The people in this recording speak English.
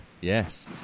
Yes